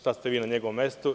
Sad ste vi na njegovom mestu.